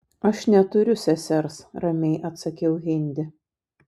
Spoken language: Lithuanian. aš neturiu sesers ramiai atsakiau hindi